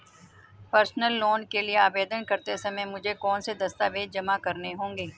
Personal loan के लिए आवेदन करते समय मुझे कौन से दस्तावेज़ जमा करने होंगे?